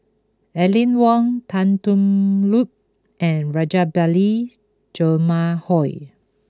Aline Wong Tan Thoon Lip and Rajabali Jumabhoy